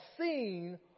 seen